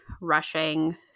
rushing